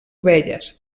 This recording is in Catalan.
ovelles